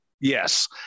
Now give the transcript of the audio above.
yes